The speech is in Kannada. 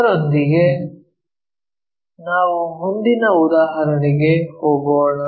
ಅದರೊಂದಿಗೆ ನಾವು ಮುಂದಿನ ಉದಾಹರಣೆಗೆ ಹೋಗೋಣ